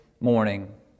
morning